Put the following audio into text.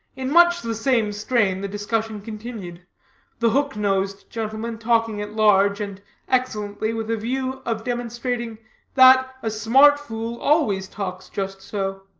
in much the same strain the discussion continued the hook-nosed gentleman talking at large and excellently, with a view of demonstrating that a smart fool always talks just so.